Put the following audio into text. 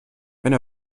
wenn